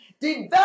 develop